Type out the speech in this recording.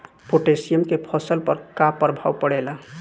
Potassium के फसल पर का प्रभाव पड़ेला?